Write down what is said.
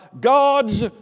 God's